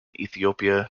ethiopia